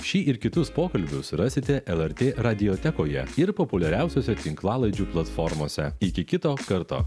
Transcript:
šį ir kitus pokalbius rasite lrt radiotekoje ir populiariausiose tinklalaidžių platformose iki kito karto